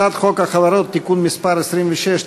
הצעת חוק החברות (תיקון מס' 26),